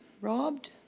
robbed